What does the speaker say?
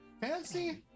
Fancy